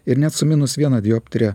ir net su minus viena dioptrija